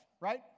right